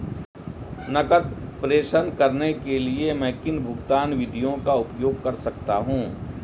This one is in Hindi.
नकद प्रेषण करने के लिए मैं किन भुगतान विधियों का उपयोग कर सकता हूँ?